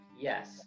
Yes